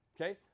okay